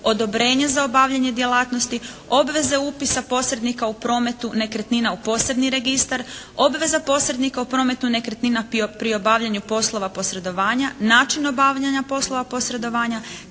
odobrenje za obavljanje djelatnosti, obveze upisa posrednika u prometu nekretnina u posebni registar, obveza posrednika u prometu nekretnina pri obavljanju poslova posredovanja, način obavljanja poslova posredovanja,